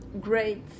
great